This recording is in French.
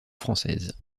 française